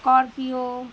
scorpio